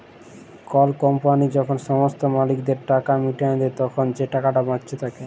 call company যখল সমস্ত মালিকদের টাকা মিটাঁয় দেই, তখল যে টাকাট বাঁচে থ্যাকে